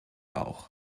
auch